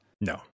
No